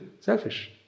selfish